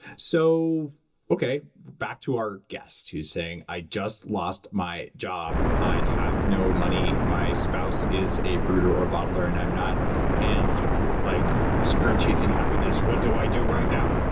so okay. back to our guest, who's saying i just lost my job. i have no money. my spouse is a brooder or a bottler and i'm not and like screw chasing happiness. what do i do right now?